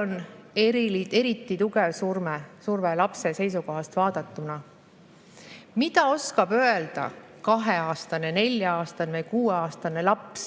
on see eriti tugev surve lapse seisukohast vaadatuna. Mida oskab öelda kaheaastane, nelja-aastane või kuueaastane laps?